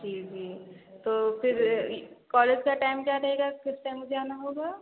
जी जी तो फिर कॉलेज का टाइम क्या रहेगा किस टाइम मुझे आना होगा